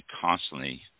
constantly